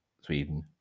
Sweden